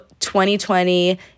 2020